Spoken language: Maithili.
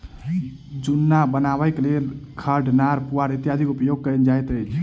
जुन्ना बनयबाक लेल खढ़, नार, पुआर इत्यादिक उपयोग कयल जाइत अछि